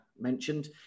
mentioned